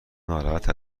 ناراحت